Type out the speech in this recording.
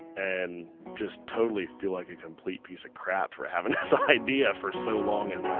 and just totally feel like a complete piece of crap for having this idea for so long in my